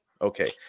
Okay